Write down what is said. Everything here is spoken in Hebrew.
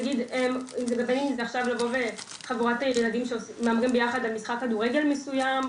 נגיד עכשיו לבוא חבורת ילדים שמהמרים ביחד על משחק כדורגל מסויים,